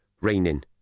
Raining